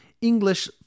english